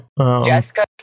jessica